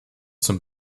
zum